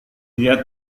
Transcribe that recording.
dia